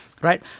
right